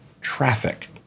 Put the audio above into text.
traffic